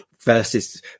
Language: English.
versus